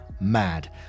mad